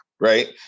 Right